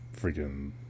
freaking